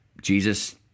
Jesus